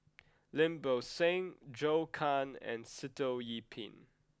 Lim Bo Seng Zhou Can and Sitoh Yih Pin